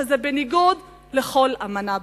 שזה בניגוד לכל אמנה בין-לאומית?